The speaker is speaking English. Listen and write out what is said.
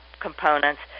components